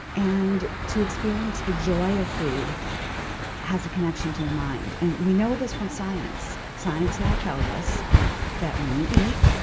and to experience the joy of food has a connection to your mind. and we know this from science. science now tells us that when you eat,